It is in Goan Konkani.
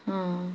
आं